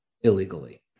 illegally